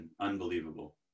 unbelievable